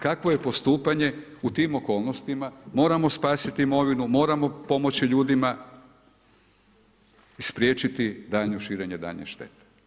Kakvo je postupanja u tim okolnostima, moramo spasiti imovinu, moramo pomoći ljudima, i spriječiti daljnje širenje duljenje štete.